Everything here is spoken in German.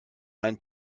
ein